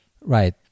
Right